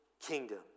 kingdom